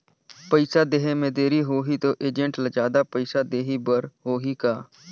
पइसा देहे मे देरी होही तो एजेंट ला जादा पइसा देही बर होही का?